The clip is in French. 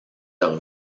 leurs